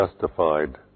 justified